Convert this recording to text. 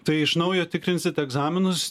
tai iš naujo tikrinsit egzaminus